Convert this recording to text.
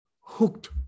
hooked